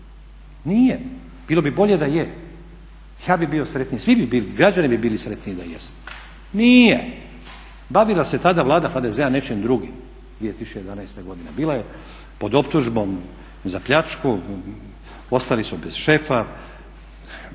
nije. Bilo bi bolje da je. Ja bih bio sretniji, svi bi bili i građani bi bili sretniji da jest. Nije. Bavila se tada Vlada HDZ-a nečim drugim 2011. godine. Bila je pod optužbom za pljačku, ostali su bez šefa,